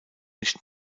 nicht